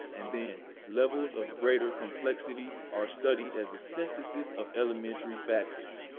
and then levels of greater complexity are studied as a synthesis of elementary factors.